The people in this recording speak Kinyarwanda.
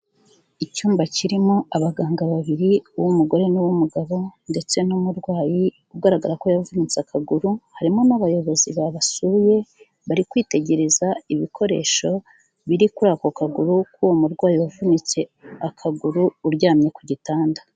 Icyumba kirimo abaganga babiri uw'umugore n'uw'umugabo ndetse n'umurwayi ugaragara ko yavunitse akaguru, harimo n'abayobozi babasuye bari kwitegereza ibikoresho biri kuri ako kaguru k'uwo murwayi wavunitse akaguru uryamye ku gitanda.